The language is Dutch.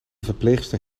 verpleegster